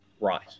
Right